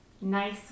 nice